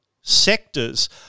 sectors